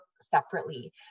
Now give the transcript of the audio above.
separately